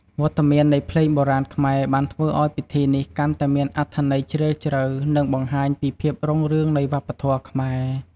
វត្តមាននៃភ្លេងបុរាណខ្មែរបានធ្វើឲ្យពិធីនេះកាន់តែមានអត្ថន័យជ្រាលជ្រៅ និងបង្ហាញពីភាពរុងរឿងនៃវប្បធម៌ខ្មែរ។